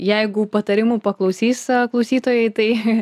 jeigu patarimų paklausys klausytojai tai